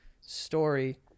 story